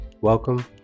welcome